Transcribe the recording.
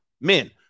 men